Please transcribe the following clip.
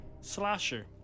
Slasher